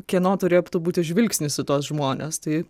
kieno turėtų būti žvilgsnis į tuos žmones tai